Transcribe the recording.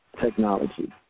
technology